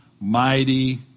mighty